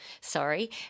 Sorry